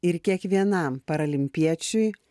ir kiekvienam paralimpiečiui